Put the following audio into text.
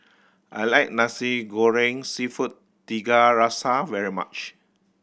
I like Nasi Goreng Seafood Tiga Rasa very much